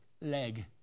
leg